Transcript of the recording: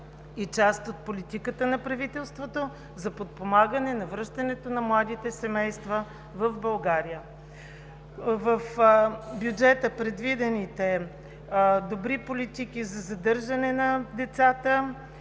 и част от политиката на правителството за подпомагане на връщането на младите семейства в България. В бюджета предвидените добри политики за задържане на децата